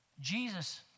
Jesus